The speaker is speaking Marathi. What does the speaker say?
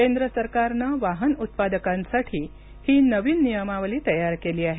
केंद्र सरकारनं वाहन उत्पादकांसाठी ही नवीन नियमावली तयार केली आहे